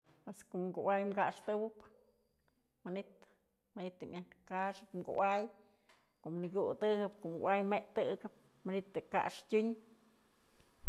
Pues ko'o kuay kaxtëwëb manytë, manytë yë myaj kaxëp kuay, ko'o në kyudëjëp kom kuay mëtëkëp manytë yë kaxtë tyun.